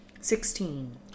Sixteen